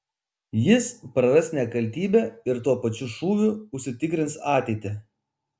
jis praras nekaltybę ir tuo pačiu šūviu užsitikrins ateitį